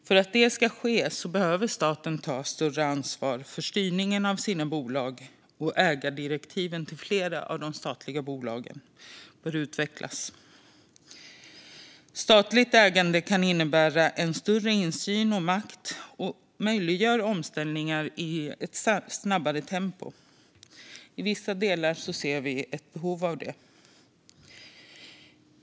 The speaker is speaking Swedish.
För att detta ska ske behöver staten ta ett större ansvar för styrningen av sina bolag, och ägardirektiven till flera av de statliga bolagen bör utvecklas. Statligt ägande kan innebära större insyn och makt och möjliggör omställningar i ett snabbare tempo. I vissa delar ser vi ett behov av detta.